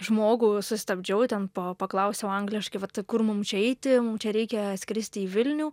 žmogų susistabdžiau ten pa paklausiau angliškai vat tai kur mum čia eiti mum čia reikia skristi į vilnių